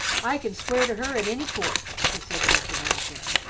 i can swear to her in any court, he said to mr. havisham,